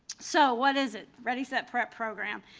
so what is it, ready set prep program?